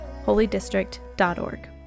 holydistrict.org